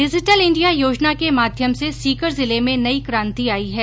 digital India योजना के माध्यम से सीकर जिले में नई क्रांति आई है